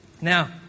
Now